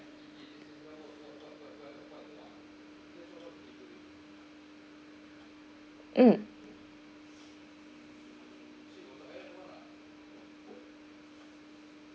mm